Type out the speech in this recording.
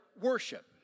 worship